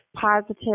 positive